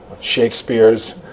Shakespeare's